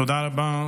תודה רבה,